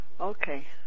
Okay